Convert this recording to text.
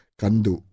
kandu